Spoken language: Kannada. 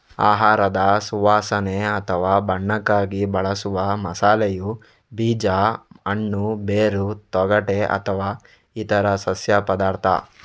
ಆಹಾರದ ಸುವಾಸನೆ ಅಥವಾ ಬಣ್ಣಕ್ಕಾಗಿ ಬಳಸುವ ಮಸಾಲೆಯು ಬೀಜ, ಹಣ್ಣು, ಬೇರು, ತೊಗಟೆ ಅಥವಾ ಇತರ ಸಸ್ಯ ಪದಾರ್ಥ